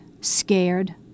scared